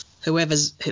whoever's